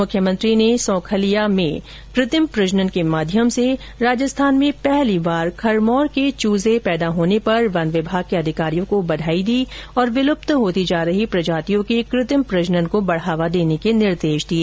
मुख्यमंत्री ने सौंखलिया अजमेर में कृत्रिम प्रजनन के माध्यम से राजस्थान में पहली बार खरमोर के चूजे पेदा होने पर वन विभाग के अधिकारियों को बधाई दी और विलुप्त होती जा रही प्रजातियों के कृत्रिम प्रजनन को बढ़ावा देने के निर्देश दिए